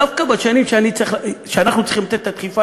דווקא בשנים שאנחנו צריכים לתת את הדחיפה,